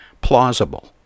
plausible